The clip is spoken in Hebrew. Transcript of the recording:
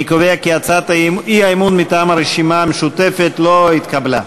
אני קובע כי הצעת האי-אמון מטעם הרשימה המשותפת לא התקבלה.